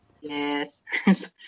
Yes